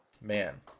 Man